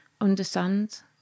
understand